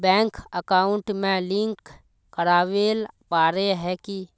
Bank account में link करावेल पारे है की?